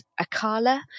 Akala